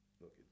look